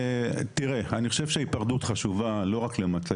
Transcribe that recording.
אני חושבת שההיפרדות חשובה לא רק למטה